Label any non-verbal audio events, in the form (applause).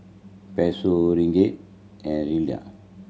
Peso Ringgit and (unintelligible)